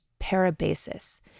parabasis